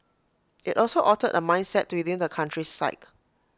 IT also altered A mindset within the country's psyche